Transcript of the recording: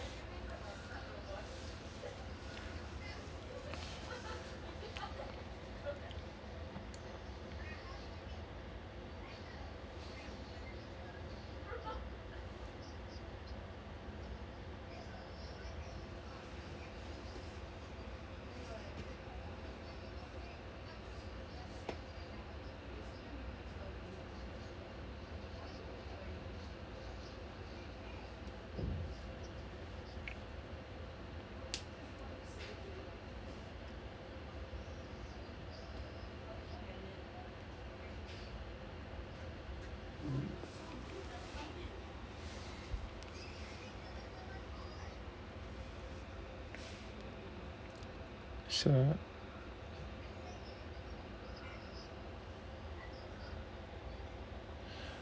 so